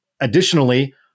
additionally